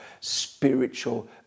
spiritual